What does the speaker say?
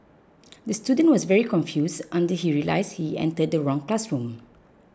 the student was very confused until he realised he entered the wrong classroom